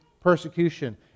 persecution